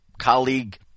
colleague